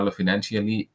financially